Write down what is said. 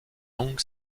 longue